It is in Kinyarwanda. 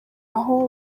aho